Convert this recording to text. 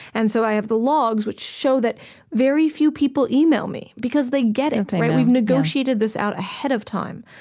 and so i have the logs, which show that very few people email me, because they get it. we've negotiated this out ahead of time.